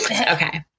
Okay